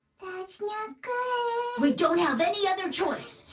that's not good we don't have any other choice.